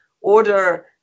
order